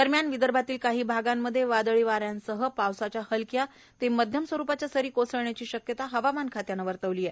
दरम्यान विदर्भातील काही भागांमध्ये वादळी वाऱ्यांसह पावसास्या हलक्या ते मध्यम स्वरूपाच्या सरी कोसळण्याची शक्यता हवामान खात्यानं वर्तवली आहे